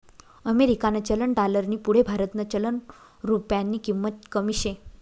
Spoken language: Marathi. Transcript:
अमेरिकानं चलन डालरनी पुढे भारतनं चलन रुप्यानी किंमत कमी शे